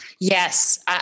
yes